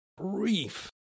brief